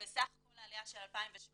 בסך כל העלייה של 2017